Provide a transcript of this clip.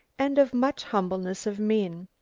and of much humbleness of mien.